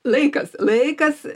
laikas laikas